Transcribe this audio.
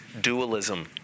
dualism